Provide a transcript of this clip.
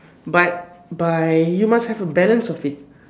but by you must have a balance of it